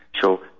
show